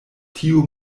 tiu